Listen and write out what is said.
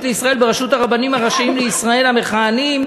לישראל בראשות הרבנים הראשיים לישראל המכהנים,